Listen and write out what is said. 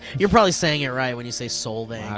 you're probably saying it right when you say solvang. wow,